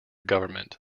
government